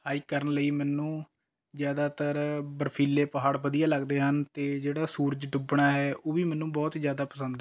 hike ਕਰਨ ਲਈ ਮੈਨੂੰ ਜ਼ਿਆਦਾਤਰ ਬਰਫੀਲੇ ਪਹਾੜ ਵਧੀਆ ਲੱਗਦੇ ਹਨ ਅਤੇ ਜਿਹੜਾ ਸੂਰਜ ਡੁੱਬਣਾ ਹੈ ਉਹ ਵੀ ਮੈਨੂੰ ਬਹੁਤ ਜ਼ਿਆਦਾ ਪਸੰਦ